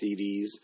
cds